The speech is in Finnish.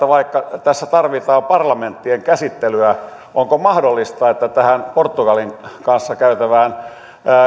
vaikka tässä tarvitaan parlamenttien käsittelyä onko mahdollista että tähän portugalin kanssa käytävään